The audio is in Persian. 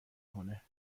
کنه